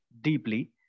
deeply